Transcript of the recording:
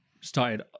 started